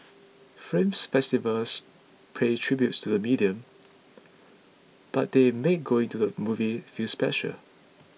film festivals pay tribute to the medium but they make going to the movies feel special